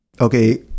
okay